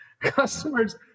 Customers